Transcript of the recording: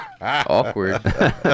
Awkward